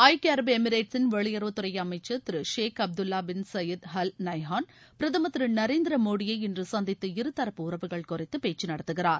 ஐக்கிய அரபு எமிரேட்ஸின் வெளியுறவுத்துறை அமைச்சர் திரு Sheikh Abdullah bin Zayed Al Nahyan பிரதமர் திரு நரேந்திர மோடியை இன்று சந்தித்து இருதரப்பு உறவுகள் குறித்து பேச்சு நடத்துகிறார்